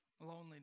loneliness